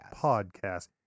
Podcast